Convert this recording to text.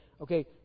okay